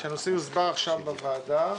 שהנושא יוסבר עכשיו בוועדה,